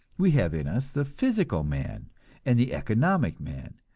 we have in us the physical man and the economic man,